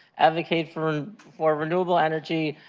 advocate for for renewable energy,